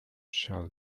shall